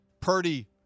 Purdy